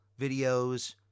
videos